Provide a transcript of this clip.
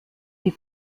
die